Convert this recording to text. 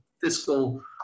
fiscal